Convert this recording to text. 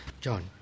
John